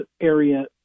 area